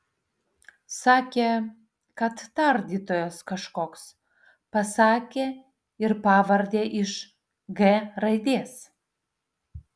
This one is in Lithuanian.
sakė kad tardytojas kažkoks pasakė ir pavardę iš g raidės